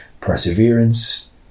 perseverance